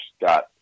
got